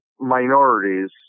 minorities